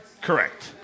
Correct